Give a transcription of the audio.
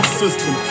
system